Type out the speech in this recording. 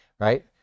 Right